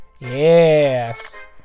Yes